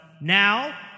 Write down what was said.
now